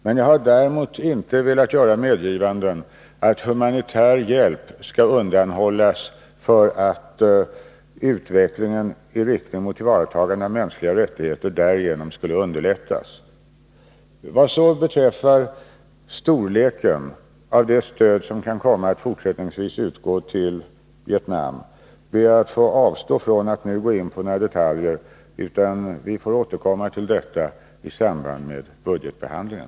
Däremot har jag inte velat medge att humanitär hjälp skall undanhållas för att utvecklingen i riktning mot tillvaratagande av mänskliga rättigheter därigenom skulle underlättas. Vad beträffar storleken av det stöd som kan komma att fortsättningsvis utgå till Vietnam ber jag att få avstå från att nu gå in på några detaljer. Vi får återkomma till detta i samband med budgetbehandlingen.